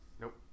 Nope